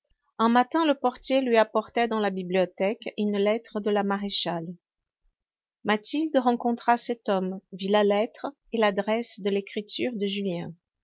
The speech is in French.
un matin le portier lui apportait dans la bibliothèque une lettre de la maréchale mathilde rencontra cet homme vit la lettre et l'adresse de l'écriture de julien